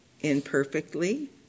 imperfectly